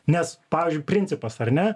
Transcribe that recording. nes pavyzdžiui principas ar ne